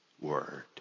word